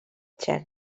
txec